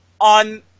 on –